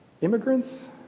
immigrants